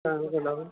हा गुलाबं